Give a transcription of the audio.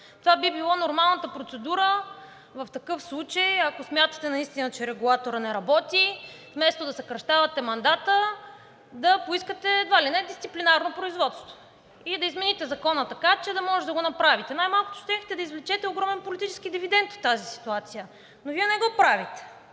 Това би било нормалната процедура. В такъв случай, ако смятате наистина, че регулаторът не работи, вместо да съкращавате мандата, да поискате едва ли не дисциплинарно производство и да измените Закона така, че да може да го направите. Най-малкото щяхте да извлечете огромен политически дивидент от тази ситуация, но Вие не го правите.